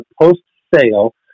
post-sale